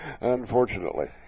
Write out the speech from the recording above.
Unfortunately